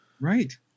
right